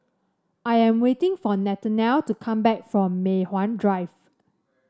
I am waiting for Nathanial to come back from Mei Hwan Drive